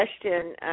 question